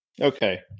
Okay